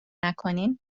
نکنین